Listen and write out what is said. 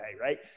right